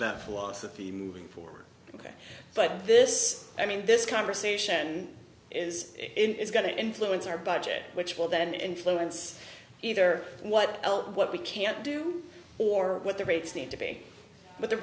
that philosophy moving forward ok but this i mean this conversation is it is going to influence our budget which will then influence either what else what we can't do or what the rates need to be with the